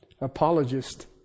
apologist